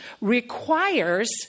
requires